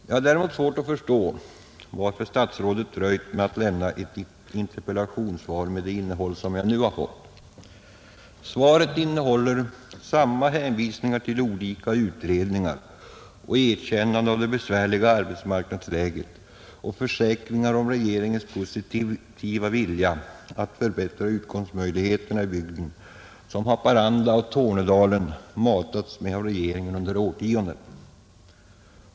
Jag har däremot svårt att förstå varför statsrådet dröjt med att lämna ett interpellationssvar med det innehåll som dagens svar till mig har. Svaret innehåller samma hänvisningar till olika utredningar och erkännande av det besvärliga arbetsmarknadsläget och försäkringar om regeringens positiva vilja att förbättra utkomstmöjligheterna i bygden som Haparanda och Tornedalen matats med av regeringen under årtionden.